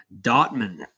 Dotman